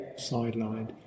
sidelined